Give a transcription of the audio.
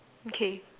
okay